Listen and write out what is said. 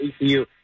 ECU –